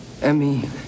Emmy